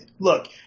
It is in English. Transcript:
look